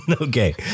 Okay